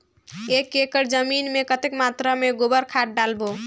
एक एकड़ जमीन मे कतेक मात्रा मे गोबर खाद डालबो?